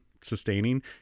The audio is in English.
sustaining